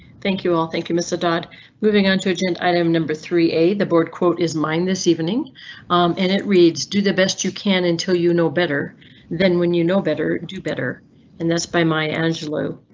thank you all. thank you mr dot moving on to agenda item number thirty eight. the board quote is mine this evening and it reads do the best you can until you know better then when you know better do better and that's by my angelo.